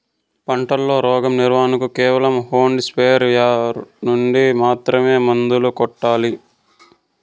పంట లో, రోగం నివారణ కు కేవలం హ్యాండ్ స్ప్రేయార్ యార్ నుండి మాత్రమే మందులు కొట్టల్లా?